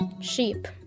Sheep